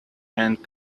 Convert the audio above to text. and